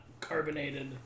carbonated